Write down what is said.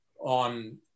on